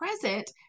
present